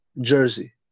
Jersey